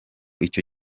icyo